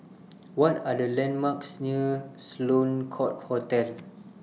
What Are The landmarks near Sloane Court Hotel